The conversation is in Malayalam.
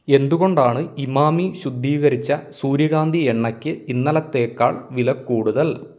എന്തുകൊണ്ടാണ് ഇമാമി ശുദ്ധീകരിച്ച സൂര്യകാന്തി എണ്ണയ്ക്ക് ഇന്നലത്തേക്കാൾ വിലക്കൂടുതൽ